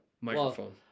Microphone